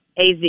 AZ